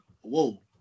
Whoa